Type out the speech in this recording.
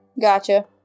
Gotcha